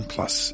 Plus